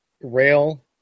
rail